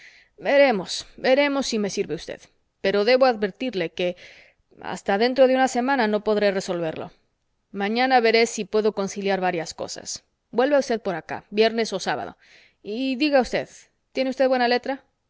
veremos veremos si me sirve usted pero debo advertirle que hasta dentro de una semana no podré resolverlo mañana veré si puedo conciliar varias cosas vuelva usted por acá viernes o sábado y diga usted tiene usted buena letra